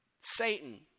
Satan